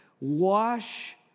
wash